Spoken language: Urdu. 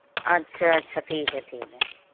اچھا اچھا ٹھیک ہے ٹھیک ہے